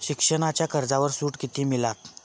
शिक्षणाच्या कर्जावर सूट किती मिळात?